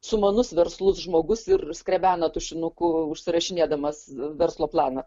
sumanus verslus žmogus ir skrebena tušinuku užsirašinėdamas verslo planą